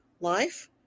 life